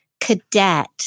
cadet